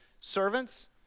servants